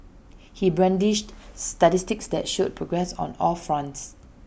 he brandished statistics that showed progress on all fronts